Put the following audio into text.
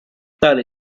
tale